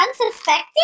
unsuspecting